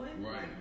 Right